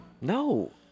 No